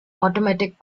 automatic